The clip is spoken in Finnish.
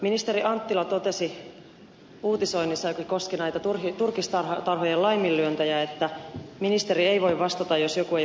ministeri anttila totesi uutisoinnissa joka koski näitä turkistarhojen laiminlyöntejä että ministeri ei voi vastata siitä jos joku ei hoida eläimiään